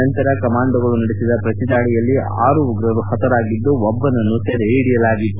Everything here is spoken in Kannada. ನಂತರ ಕಮಾಂಡೋಗಳು ನಡೆಸಿದ ಪ್ರತಿದಾಳಿಯಲ್ಲಿ ಆರು ಉಗ್ರರು ಪತರಾಗಿದ್ದು ಒಬ್ಲನನ್ನು ಸೆರೆ ಹಿಡಿಯಲಾಗಿತ್ತು